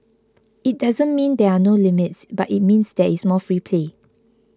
it doesn't mean there are no limits but it means there is more free play